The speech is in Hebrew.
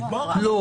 חבר'ה,